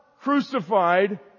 crucified